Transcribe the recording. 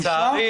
בושה?